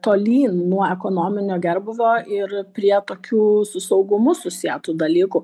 tolyn nuo ekonominio gerbūvio ir prie tokių su saugumu susietų dalykų